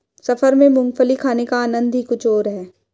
सफर में मूंगफली खाने का आनंद ही कुछ और है